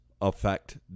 affect